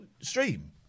stream